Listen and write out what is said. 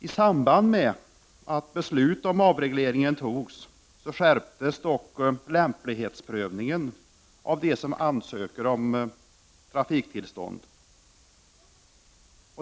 I samband med att beslut om avreglering fattades skärptes dock lämplighetsprövningen av dem som ansöker om trafiktillstånd.